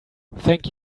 thank